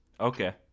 Okay